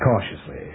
cautiously